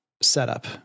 setup